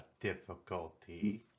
difficulty